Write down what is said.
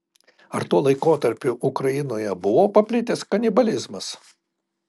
ar tuo laikotarpiu ukrainoje buvo paplitęs kanibalizmas